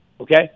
Okay